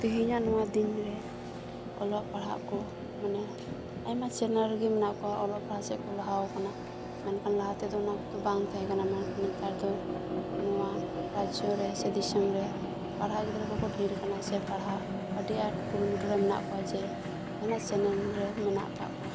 ᱛᱮᱦᱮᱧᱟᱜ ᱱᱚᱶᱟ ᱫᱤᱱ ᱨᱮ ᱚᱞᱚᱜ ᱯᱟᱲᱦᱟᱜ ᱠᱚ ᱚᱱᱮ ᱟᱭᱢᱟ ᱪᱮᱱᱮᱞ ᱨᱮᱜᱮ ᱢᱮᱱᱟᱜ ᱠᱚᱣᱟ ᱚᱞᱚᱜ ᱯᱟᱲᱦᱟᱜ ᱥᱮᱫ ᱠᱚ ᱞᱟᱦᱟᱣ ᱠᱟᱱᱟ ᱢᱮᱱᱠᱷᱟᱱ ᱞᱟᱦᱟ ᱛᱮᱫᱚ ᱵᱟᱝ ᱛᱟᱦᱮᱸ ᱠᱟᱱᱟ ᱢᱮᱱ ᱠᱷᱟᱱ ᱱᱮᱛᱟᱨ ᱫᱚ ᱱᱚᱣᱟ ᱨᱟᱡᱽᱡᱚ ᱨᱮ ᱥᱮ ᱫᱤᱥᱚᱢ ᱨᱮ ᱯᱟᱲᱦᱟᱜ ᱜᱤᱫᱽᱨᱟᱹ ᱠᱚᱠᱚ ᱰᱷᱮᱨ ᱠᱟᱱᱟ ᱥᱮ ᱯᱟᱲᱦᱟᱜ ᱟᱰᱤ ᱟᱸᱴ ᱠᱩᱨᱩᱢᱩᱴᱩ ᱨᱮ ᱢᱮᱱᱟᱜ ᱠᱚᱣᱟ ᱡᱮ ᱟᱭᱢᱟ ᱪᱮᱱᱮᱞ ᱨᱮ ᱢᱮᱱᱟᱜ ᱠᱟᱜ ᱠᱚᱣᱟ